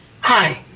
Hi